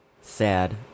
Sad